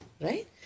Right